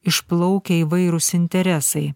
išplaukia įvairūs interesai